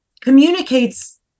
communicates